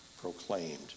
proclaimed